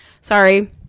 sorry